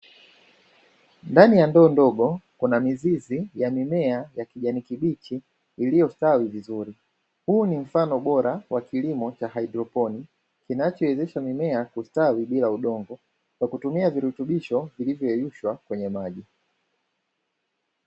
Ndani ya ndoo ndogo kuna mizizi ya mimea ya kijani kibichi iliyostawi vizuri. Hu ni mfano bora wa kilimo cha haidroponi kinachowezesha mimea kustawi bila udongo, kwa kutumia virutubisho vilivyoyeyushwa kwenye maji.